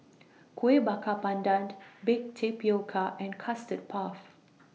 Kueh Bakar Pandan Baked Tapioca and Custard Puff